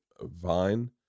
Vine